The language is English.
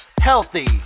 Healthy